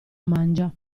mangia